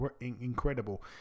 incredible